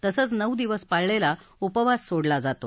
तसंच नऊ दिवस पाळलेला उपवास सोडला जातो